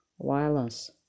violence